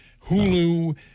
Hulu